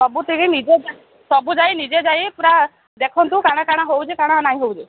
ସବୁତିକି ନିଜେ ଯ ସବୁ ଯାଇ ନିଜେ ଯାଇ ପୁରା ଦେଖନ୍ତୁ କାଣା କାଣା ହେଉଁଛେ କାଣା ନାଇଁ ହେଉଛେ